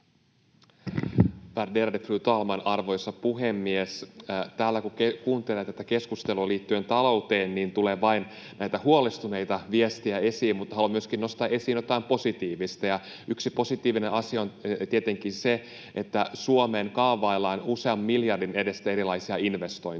Värderade fru talman, arvoisa puhemies! Täällä kun kuuntelee tätä keskustelua liittyen talouteen, niin tulee vain näitä huolestuneita viestejä esiin, mutta haluan nostaa esiin myöskin jotain positiivista. Ja yksi positiivinen asia on tietenkin se, että Suomeen kaavaillaan usean miljardin edestä erilaisia investointeja,